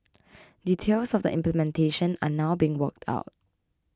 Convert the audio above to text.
details of the implementation are now being worked out